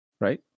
Right